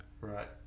right